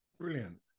Brilliant